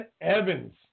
Evans